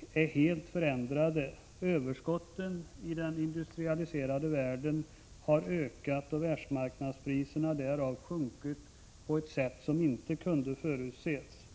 nu är helt förändrade. Överskotten i den industrialiserade världen har ökat och till följd av det har världsmarknadspriserna sjunkit på ett sätt som inte kunde förutses.